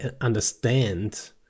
understand